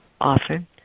often